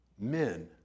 Men